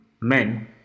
men